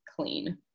clean